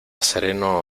sereno